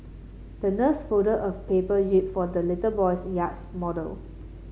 the nurse folded a paper jib for the little boy's yacht model